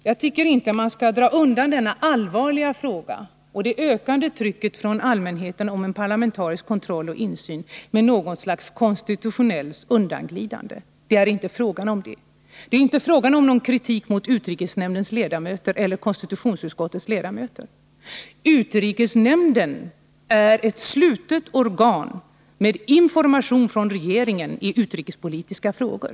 Jag tycker inte att man skall dra sig undan denna allvarliga fråga och det ökade trycket från allmänheten om parlamentarisk kontroll och insyn med något slags konstitutionellt undanglidande. Det är inte fråga om någon kritik mot utrikesnämnden eller konstitutionsutskottets ledamöter. Utrikesnämnden är ett slutet organ, som får information från regeringen i utrikespolitiska frågor.